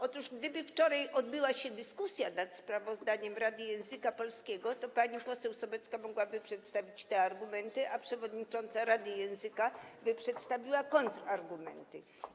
Otóż gdyby wczoraj odbyła się dyskusja nad sprawozdaniem Rady Języka Polskiego, to pani poseł Sobecka mogłaby przedstawić te argumenty, a przewodnicząca rady języka by przedstawiła kontrargumenty.